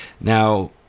now